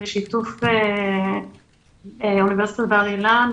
בשיתוף אוניברסיטת בר אילן.